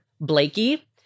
Blakey